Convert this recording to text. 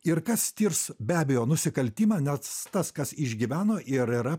ir kas tirs be abejo nusikaltimą nes tas kas išgyveno ir yra